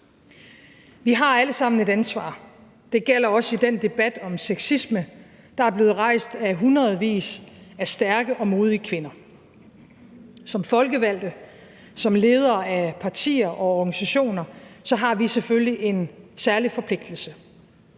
Vi har alle sammen et ansvar. Det gælder også i den debat om sexisme, der er blevet rejst af hundredvis af stærke og modige kvinder. Som folkevalgte og som ledere af partier og organisationer har vi selvfølgelig en særlig forpligtelse